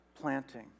planting